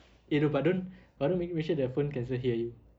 eh no but don't but don't make make sure the phone can still hear you